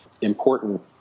important